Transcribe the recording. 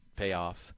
payoff